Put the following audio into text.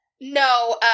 No